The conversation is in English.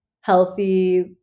healthy